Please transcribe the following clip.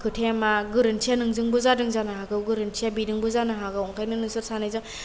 खोथाया मा गोरोन्थिया नोंजोंबो जादों जानो हागौ गोरोन्थिया बेजोंबो जानो हागौ ओंखायनो नोंसोर सानैजों